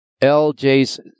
LJ's